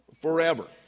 forever